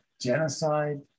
genocide